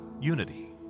unity